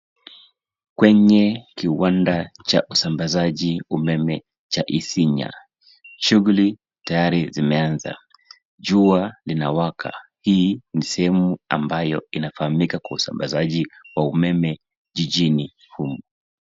Kwenye kiwanda cha usambazaji umeme cha Isinya. Shuguli tayari zimeanza. Jua linawaka. Hii ni sehemu ambayo inafahamika kwa usambazaji wa umeme jijini humu.